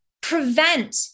prevent